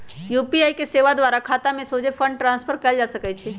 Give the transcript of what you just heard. UPI सेवा द्वारा खतामें सोझे फंड ट्रांसफर कएल जा सकइ छै